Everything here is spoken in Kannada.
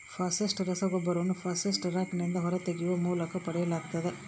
ಫಾಸ್ಫೇಟ್ ರಸಗೊಬ್ಬರಗಳನ್ನು ಫಾಸ್ಫೇಟ್ ರಾಕ್ನಿಂದ ಹೊರತೆಗೆಯುವ ಮೂಲಕ ಪಡೆಯಲಾಗ್ತತೆ